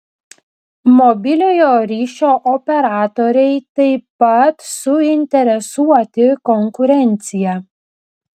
mobiliojo ryšio operatoriai taip pat suinteresuoti konkurencija